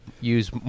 use